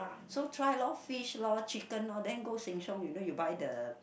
so try lor fish lor chicken lor then go Sheng-Siong you know you buy the